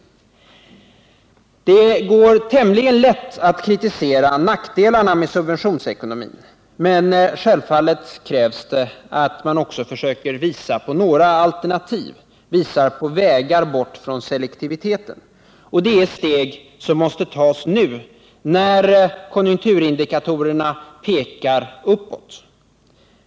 Det går tämligen lätt att kritisera nackdelarna med subventionsekonomin. Men självfallet krävs det att man också försöker anvisa alternativ, visa på vägar bort från selektiviteten. Det är steg som måste tas nu, när konjunkturindikatorerna pekar uppåt.